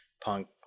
punk